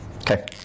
Okay